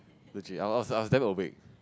legit I was I was damn awake